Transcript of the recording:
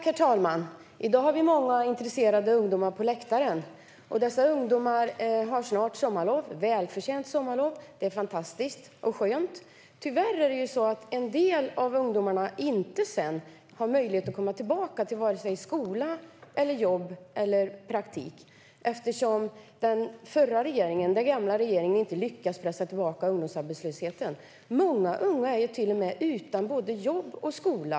Herr talman! I dag har vi många intresserade ungdomar på läktaren. Dessa ungdomar har snart sommarlov - välförtjänt sommarlov. Det är fantastiskt och skönt. Tyvärr är det så att en del av ungdomarna sedan inte har möjlighet att komma tillbaka till vare sig skola, jobb eller praktik eftersom den gamla regeringen inte lyckades pressa tillbaka ungdomsarbetslösheten. Många unga är till och med utan både jobb och skola.